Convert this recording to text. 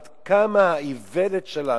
עד כמה האיוולת שלנו,